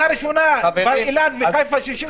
בבחינה הראשונה בר אילן וחיפה 65%,